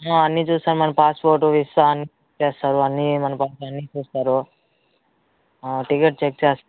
అన్నీ చూస్తారు మన పాస్ఫోర్టు వీసా అన్నీ చెక్ చేస్తారు అన్ని మన కోసం అన్నీ చూస్తారు టికెట్ చెక్ చేస్